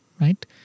right